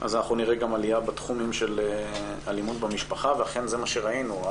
אנחנו נראה גם עלייה בתחום של אלימות במשפחה ואכן זה מה שראינו.